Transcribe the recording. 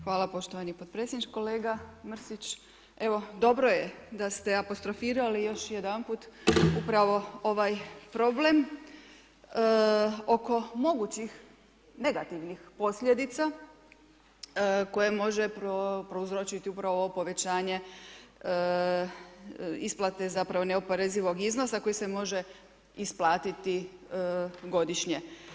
Hvala poštovani podpredsjedniče, kolega Mrsić evo dobro je da ste apostrofirali još jedanput upravo ovaj problem oko mogućih negativnih posljedica koje može prouzročiti upravo povećanje isplate zapravo neoporezivog iznosa koji se može isplatiti godišnje.